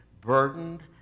burdened